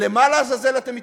למה לעזאזל אתם מתנגדים?